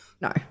no